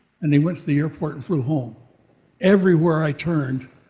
and he went to the airport and flew home. everywhere i turned,